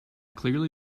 clearly